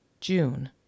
june